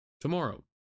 Tomorrow